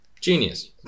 Genius